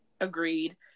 Agreed